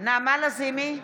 נעמה לזימי,